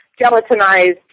gelatinized